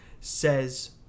says